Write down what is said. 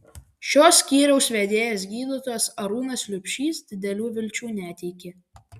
šio skyriaus vedėjas gydytojas arūnas liubšys didelių vilčių neteikė